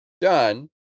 done